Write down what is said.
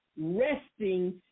resting